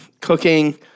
cooking